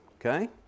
Okay